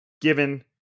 given